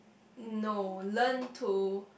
no learn to